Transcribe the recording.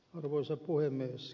arvoisa puhemies